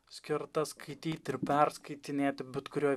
skirta skaityt ir perskaitinėti bet kurioj